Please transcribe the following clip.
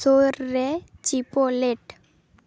ᱥᱳᱨ ᱨᱮ ᱪᱤᱯᱳᱞᱮᱴ